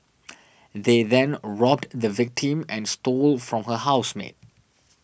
they then robbed the victim and stole from her housemate